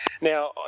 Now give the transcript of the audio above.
Now